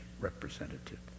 representative